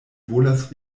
volas